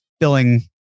filling